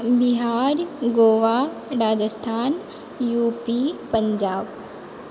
Bihar Goa Rajasthan UP Punjab